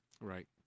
Right